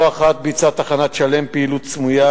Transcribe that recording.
לא אחת ביצעה תחנת "שלם" פעילות סמויה